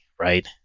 right